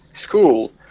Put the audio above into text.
school